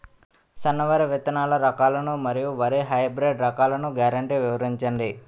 సన్న వరి విత్తనాలు రకాలను మరియు వరి హైబ్రిడ్ రకాలను గ్యారంటీ వివరించండి?